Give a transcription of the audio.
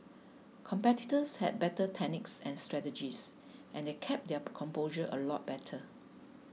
competitors had better techniques and strategies and they kept their composure a lot better